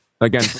Again